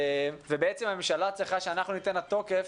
בעצם הממשלה צריכה שאנחנו ניתן לה תוקף